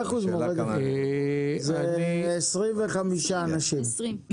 זה 25 אנשים.